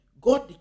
god